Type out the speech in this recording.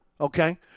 Okay